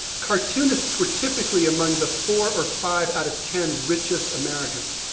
cartoonists were typically among the four or five out of ten richest americans.